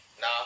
Now